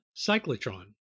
cyclotron